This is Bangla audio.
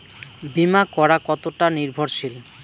বীমা করা কতোটা নির্ভরশীল?